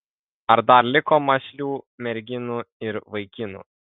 ar dar liko mąslių merginų ir vaikinų